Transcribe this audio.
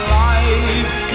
life